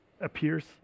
appears